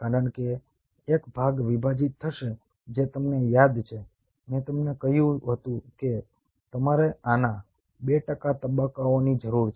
કારણ કે એક ભાગ વિભાજીત થશે જે તમને યાદ છે મેં તમને કહ્યું હતું કે તમારે આના 2 તબક્કાઓની જરૂર છે